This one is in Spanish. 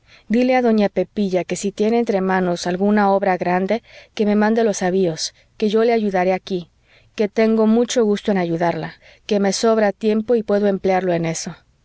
dile a doña pepilla que si tiene entre manos alguna obra grande que me mande los avíos que yo la ayudaré aquí que tengo mucho gusto en ayudarla que me sobra tiempo y puedo emplearlo en eso